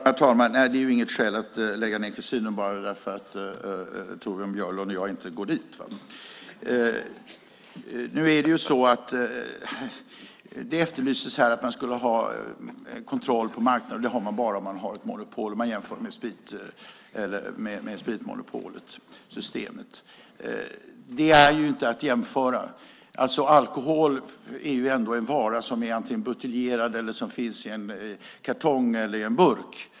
Herr talman! Det är inget skäl att lägga ned kasinon bara därför att Torbjörn Björlund och jag inte går dit. Torbjörn Björlund efterlyste här att man skulle ha kontroll över marknaden och att man har det bara om man har ett monopol, och han jämförde med spritmonopolet, det vill säga Systembolaget. Det kan man inte jämföra. Alkohol är ändå en vara som är buteljerad, finns i en kartong eller i en burk.